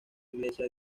iglesia